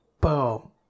boom